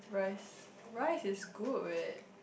rice rice is good